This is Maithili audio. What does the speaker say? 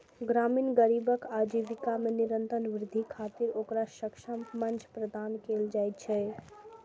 ग्रामीण गरीबक आजीविका मे निरंतर वृद्धि खातिर ओकरा सक्षम मंच प्रदान कैल जाइ छै